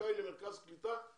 זכאי למרכז קליטה,